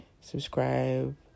subscribe